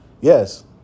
Yes